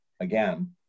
again